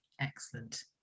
Excellent